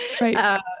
Right